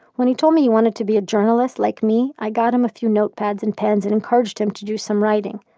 when he told me he wanted to be a journalist like me, i got him a few notepads and pens and encouraged him to do some writing.